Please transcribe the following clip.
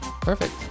Perfect